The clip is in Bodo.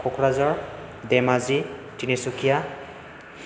क'क्राझार धेमाजी तिनिसुकिया